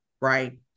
right